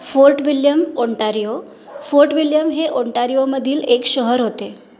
fort William Ontario Fort William हे ओंटारिओमधील एक शहर होते